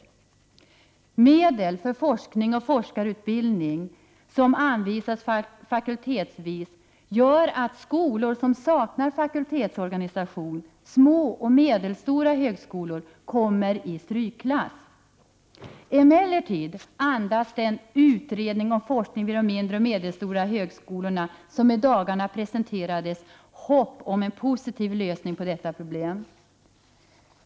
Att medel för forskning och forskarutbildning anvisas fakultetsvis gör att högskolor som saknar fakultetsorganisation, små och medelstora högskolor, kommer i strykklass. Den utredning som i dagarna har presenterats, och som handlar om forskning vid de mindre och medelstora högskolorna, ger emellertid hopp om en positiv lösning på detta problem.